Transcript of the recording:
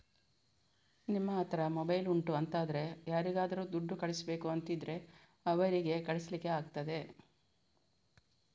ನಿಮ್ಮ ಹತ್ರ ಮೊಬೈಲ್ ಉಂಟು ಅಂತಾದ್ರೆ ಯಾರಿಗಾದ್ರೂ ದುಡ್ಡು ಕಳಿಸ್ಬೇಕು ಅಂತಿದ್ರೆ ಅವರಿಗೆ ಕಳಿಸ್ಲಿಕ್ಕೆ ಆಗ್ತದೆ